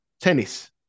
tennis